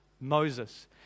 Moses